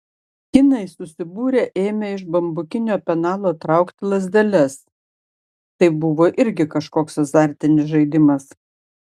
kinai susibūrę ėmė iš bambukinio penalo traukti lazdeles tai buvo irgi kažkoks azartinis žaidimas